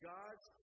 God's